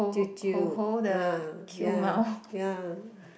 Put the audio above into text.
舅舅 uh ya ya